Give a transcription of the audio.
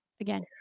Again